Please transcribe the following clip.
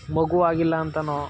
ಮಗುವಾಗಿಲ್ಲ ಅಂತಲೋ